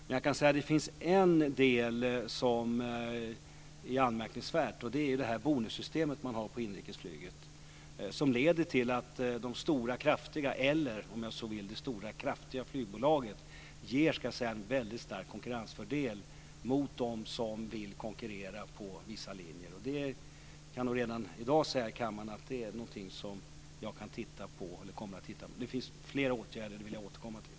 Men jag kan säga att det finns en del som är anmärkningsvärd. Det gäller det här bonussystemet som man har på inrikesflyget. Det leder till att de stora kraftiga, eller om man så vill det stora kraftiga, flygbolaget har en väldigt stark konkurrensfördel gentemot dem som vill konkurrera på vissa linjer. Det är, kan jag redan i dag säga här i kammaren, något som jag kommer att titta på. Det finns också flera andra åtgärder. Det vill jag återkomma till.